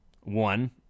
One